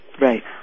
Right